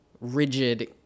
rigid